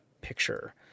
picture